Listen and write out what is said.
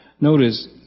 Notice